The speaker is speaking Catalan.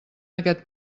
aquest